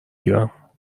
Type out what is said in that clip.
گیرم